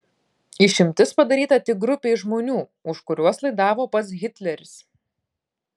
išimtis padaryta tik grupei žmonių už kuriuos laidavo pats hitleris